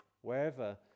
wherever